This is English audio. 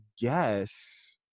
guess